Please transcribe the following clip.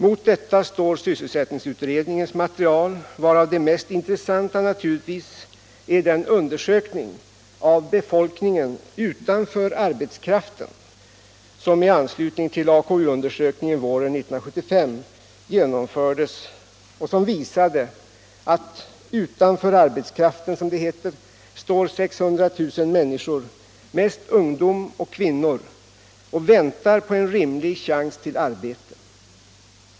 Mot detta står sysselsättningsutredningens material, varav det mest intressanta naturligtvis är den undersökning av befolkningen utanför arbetskraften som i anslutning till AKU undersökningen våren 1975 genomfördes och som visade att utanför arbetskraften, som det heter, står 600 000 människor, mest ungdom och kvinnor och väntar på en rimlig chans till arbete.